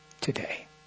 today